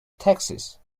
taxes